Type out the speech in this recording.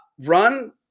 Run